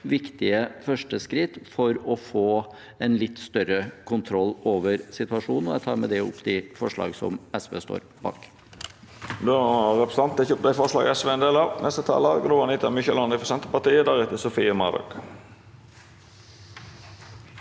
viktige første skritt for å få en litt større kontroll over situasjonen. Jeg tar med det opp de forslag som SV har